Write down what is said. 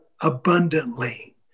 abundantly